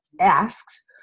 asks